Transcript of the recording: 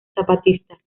zapatistas